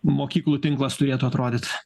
mokyklų tinklas turėtų atrodyt